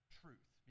truth